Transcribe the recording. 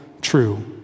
true